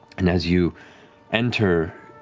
and as you enter,